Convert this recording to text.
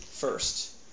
First